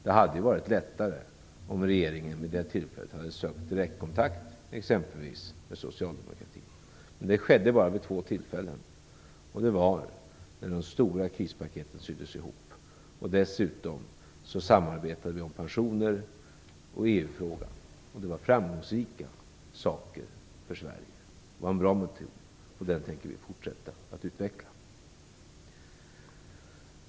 Det hade ju varit lättare om regeringen vid det tillfället hade sökt direktkontakt exempelvis med socialdemokratin, men det skedde bara vid två tillfällen. Det var när de stora krispaketen syddes ihop. Dessutom samarbetade vi om pensioner och i EU-frågan. Det var framgångsrika saker för Sverige. Det var en bra metod, och den tänker vi fortsätta att utveckla.